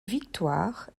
victoire